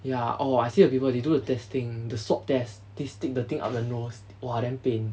yeah oh I see the people they do the testing the swab tests they stick the thing up the nose !wah! damn pain